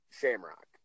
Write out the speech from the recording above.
Shamrock